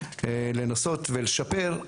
לנסות ולשפר.